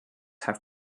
have